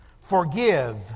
forgive